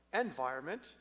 environment